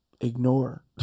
ignore